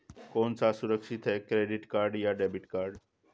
कौन सा सुरक्षित है क्रेडिट या डेबिट कार्ड?